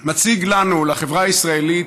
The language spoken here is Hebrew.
מציג לנו, לחברה הישראלית,